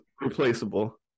replaceable